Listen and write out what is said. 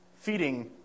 feeding